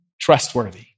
trustworthy